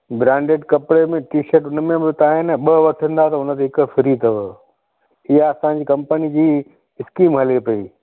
branded कपिड़े में T shirt उनमें बि तव्हां हा न ॿ वठंदा त उनते हिक फ़्री अथव इहा असांजी कंपनी जी स्कीम हले पई